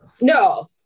No